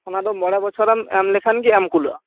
ᱚᱱᱟᱫᱚ ᱢᱚᱲᱮ ᱵᱚᱪᱷᱚᱨᱮᱢ ᱮᱢ ᱞᱮᱠᱷᱟᱱᱜᱮ ᱮᱢ ᱠᱩᱞᱟ ᱜᱼᱟ